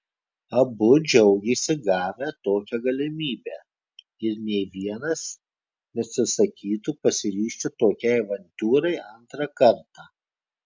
abu džiaugėsi gavę tokią galimybę ir nė vienas neatsisakytų pasiryžti tokiai avantiūrai antrą kartą